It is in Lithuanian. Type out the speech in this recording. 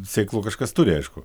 sėklų kažkas turi aišku